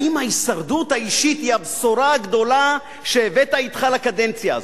האם ההישרדות האישית היא הבשורה הגדולה שהבאת אתך לקדנציה הזאת?